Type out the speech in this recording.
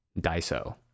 Daiso